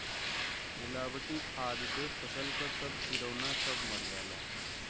मिलावटी खाद से फसल क सब किरौना सब मर जाला